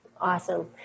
Awesome